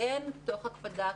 כן מתוך הקפדה,